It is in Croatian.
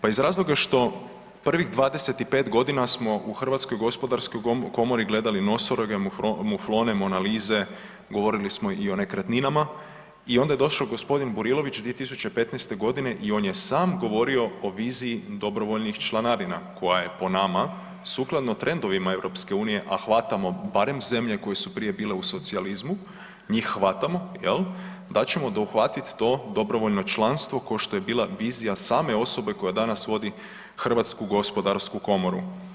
Pa iz razloga što prvih 25 godina u Hrvatskoj gospodarskoj komori gledali nosoroge, muflone, Mona Lise, govorili smo i o nekretninama i onda je došao gospodin Burilović 2015. godine i on je sam govorio o viziji dobrovoljnih članarina koja je po nama sukladno trendovima EU, a hvatamo barem zemlje koje su prije bile u socijalizmu, njih hvatamo jel, da ćemo dohvatiti to dobrovoljno članstvo ko što je bila vizija same osobe koja danas vodi Hrvatsku gospodarsku komoru.